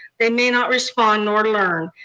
they may not respond nor learn,